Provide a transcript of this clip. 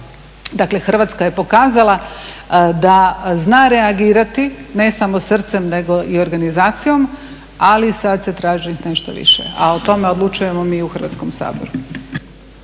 Dakle Hrvatska je pokazala da zna reagirati, ne samo srcem nego i organizacijom, ali sad se traži nešto više, a o tome odlučujemo mi u Hrvatskom saboru.